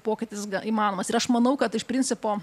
pokytis įmanomas ir aš manau kad iš principo